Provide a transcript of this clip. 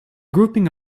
grouping